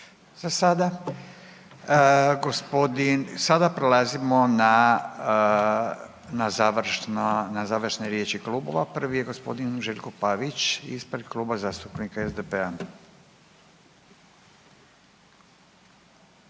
na, na završno, na završne riječi klubova, prvi je gospodin Željko Pavić ispred Kluba zastupnika SDP-a.